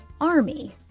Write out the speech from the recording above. army